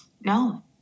No